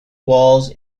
walls